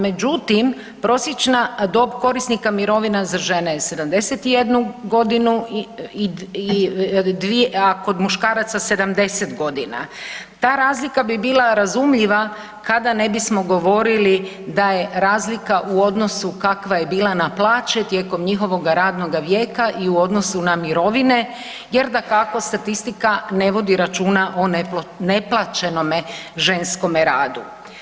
Međutim prosječna dob korisnika mirovina za žene je 71 godinu, a kod muškaraca 70 godina, ta razlika bi bila razumljiva kada ne bismo govorili da je razlika u odnosu kakva je bila na plaće tijekom njihovoga radnog vijeka i u odnosu na mirovine jer dakako statistika ne vodi računa o neplaćenome ženskome radu.